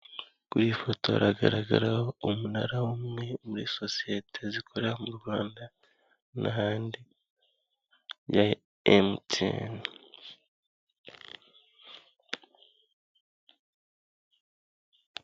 Kuri iyi foto hagaragaraho umunara umwe muri sosiyete zikorera mu Rwanda n'ahandi ya emutiyeni.